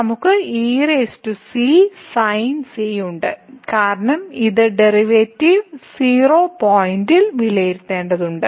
നമുക്ക് ec sin ec ഉണ്ട് കാരണം ഇത് ഡെറിവേറ്റീവ് c പോയിന്റിൽ വിലയിരുത്തേണ്ടതുണ്ട്